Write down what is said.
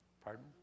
Pardon